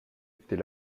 dès